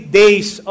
days